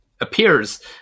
appears